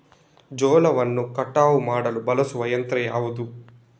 ಜೋಳವನ್ನು ಕಟಾವು ಮಾಡಲು ಬಳಸುವ ಯಂತ್ರ ಯಾವುದು?